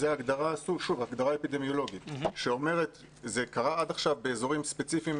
זו הגדרה אפידמיולוגיות שאומרת: זה קרה עד עכשיו באזורים ספציפיים,